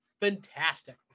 fantastic